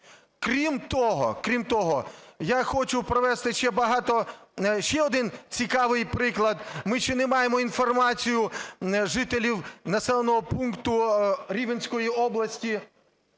Крім того, я хочу привести ще один цікавий приклад. Ми маємо інформацію жителів населеного пункту Рівненської області,